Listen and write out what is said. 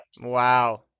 Wow